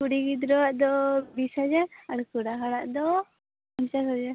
ᱠᱩᱲᱤ ᱜᱤᱫᱽᱨᱟᱹᱣᱟᱜ ᱫᱚ ᱵᱤᱥ ᱦᱟᱡᱟᱨ ᱟᱨ ᱠᱚᱲᱟ ᱦᱚᱲᱟᱜ ᱫᱚ ᱯᱚᱧᱪᱟᱥ ᱦᱟᱡᱟᱨ